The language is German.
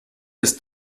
ist